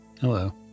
Hello